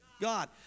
God